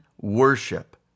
worship